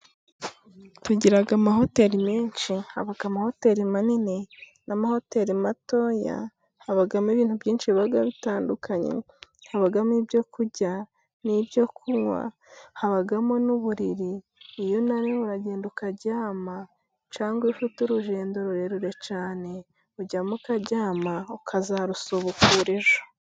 Tugira amahoteri menshi, haba amahoteri manini n'amahoteri matoya. Habamo ibintu byinshi biba bitandukanye, habamo ibyo kurya n'ibyo kunywa, habamo n'uburiri. Iyo unaniwe uragenda ukaryama cyangwa ufite urugendo rurerure cyane, ujyamo ukaryama ukazarusubukura ejo.